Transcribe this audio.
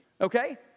okay